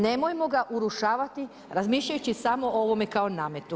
Nemojmo ga urušavati razmišljajući samo o ovome kao nametu.